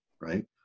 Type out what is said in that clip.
right